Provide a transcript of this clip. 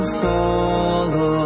follow